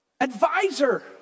advisor